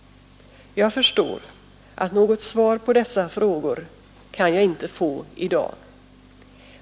Jag förstår att något svar på dessa frågor kan jag inte få i dag.